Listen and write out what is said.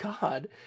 God